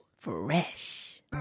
Fresh